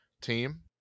team